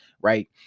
right